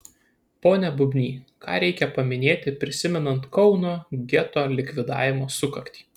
pone bubny ką reikia paminėti prisimenant kauno geto likvidavimo sukaktį